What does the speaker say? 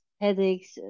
headaches